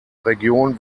region